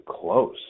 close